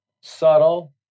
subtle